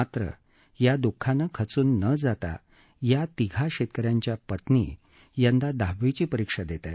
मात्र या दुःखान खचून न जाता या तिघा शेतकऱ्यांच्या पत्नी यदा दहावीची परिक्षा देत आहेत